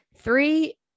Three